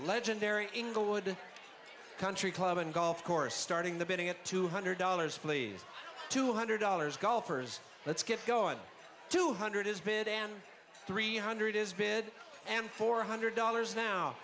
legendary inglewood country club and golf course starting the bidding at two hundred dollars please two hundred dollars golfers let's get going to hundred is bid and three hundred is bin and four hundred dollars now